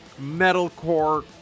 metalcore